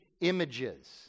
images